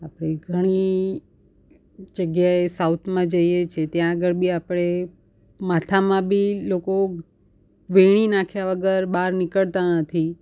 આપણે ઘણી જગ્યાએ સાઉથમાં જઈએ છીએ ત્યાં આગળ બી આપણે માથામાં બી લોકો વેણી નાખ્યા વગર બહાર નીકળતા નથી